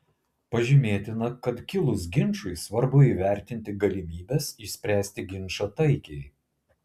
pažymėtina kad kilus ginčui svarbu įvertinti galimybes išspręsti ginčą taikiai